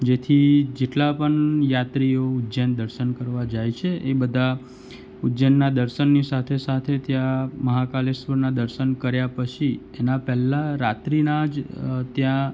જેથી જેટલા પણ યાત્રીઓ ઉજ્જૈન દર્શન કરવા જાય છે એ બધા ઉજ્જૈનના દર્શનની સાથે સાથે ત્યાં મહાકાલેશ્વરના દર્શન કર્યા પછી એના પહેલાં રાત્રિના જ ત્યાં